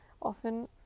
often